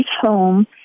home